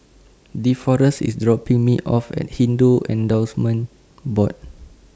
Deforest IS dropping Me off At Hindu endorsement Board